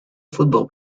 football